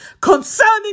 Concerning